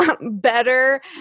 better